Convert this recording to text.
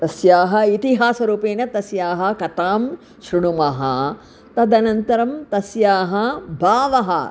तस्याः इतिहासरूपेण तस्याः कथां शृणुमः तदनन्तरं तस्याः भावः